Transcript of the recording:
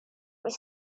was